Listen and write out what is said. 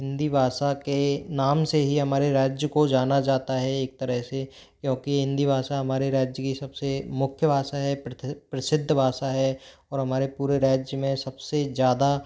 हिंदी भाषा के नाम से ही हमारे राज्य को जाना जाता है एक तरह से क्योंकि हिंदी भाषा हमारे राज्य की सब से मुख्य भाषा है पृथ प्रसिद्ध भाषा है और हमारे पूरे राज्य में सब से ज़्यादा